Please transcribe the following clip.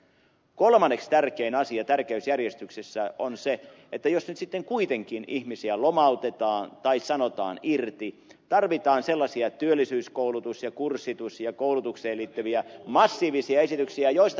kolmanneksi tärkein asia tärkeysjärjestyksessä on se että jos nyt sitten kuitenkin ihmisiä lomautetaan tai sanotaan irti tarvitaan sellaisia työllisyyskoulutus ja kurssitukseen liittyviä massiivisia esityksiä joista ed